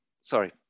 sorry